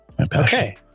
Okay